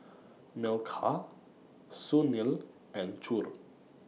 Milkha Sunil and Choor